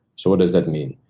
so what does that mean?